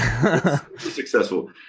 successful